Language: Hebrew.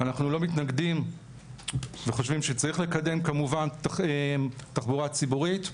אנחנו לא מתנגדים וחושבים שצריך לקדם כמובן תחבורה ציבורית.